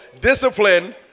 discipline